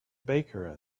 baker